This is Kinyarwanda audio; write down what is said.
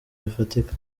bifatika